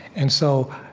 and so,